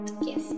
Yes